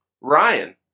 Ryan